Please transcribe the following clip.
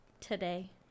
today